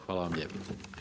Hvala vam lijepo.